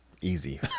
Easy